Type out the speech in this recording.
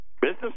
Business